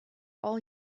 all